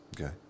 Okay